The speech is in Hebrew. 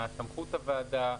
מה סמכות הוועדה,